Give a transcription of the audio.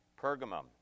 Pergamum